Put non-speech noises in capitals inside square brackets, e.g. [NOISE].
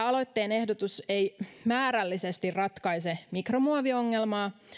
[UNINTELLIGIBLE] aloitteen ehdotus ei määrällisesti ratkaise mikromuoviongelmaa